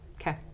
okay